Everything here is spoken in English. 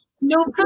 No